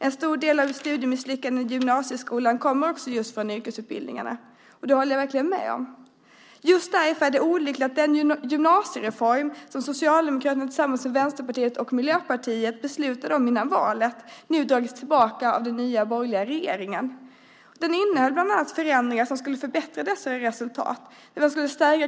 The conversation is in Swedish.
En stor del av studiemisslyckandena i gymnasieskolan sker just i yrkesutbildningarna. Det håller jag verkligen med om. Just därför är det olyckligt att den gymnasiereform som Socialdemokraterna tillsammans med Vänsterpartiet och Miljöpartiet beslutade om innan valet nu har dragits tillbaka av den nya borgerliga regeringen. Den innehöll bland annat förändringar som skulle förbättra dessa resultat.